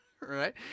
right